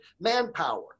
manpower